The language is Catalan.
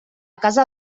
casa